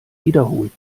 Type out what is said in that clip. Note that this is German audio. wiederholt